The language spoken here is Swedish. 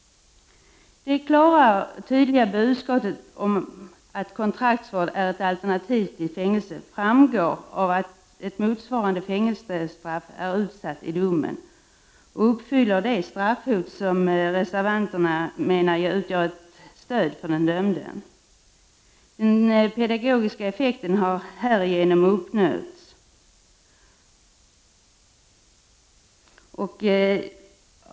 Det klara och tydliga budskapet om att kontraktsvård är ett alternativ till fängelse framgår av att ett motsvarande fängelsestraff är utsatt i domen och uppfyller det straffhot som reservanterna menar utgör ett stöd för den dömde. Den pedagogiska effekten har härigenom uppnåtts.